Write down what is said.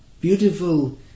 beautiful